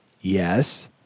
Yes